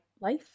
Life